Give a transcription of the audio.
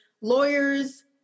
lawyers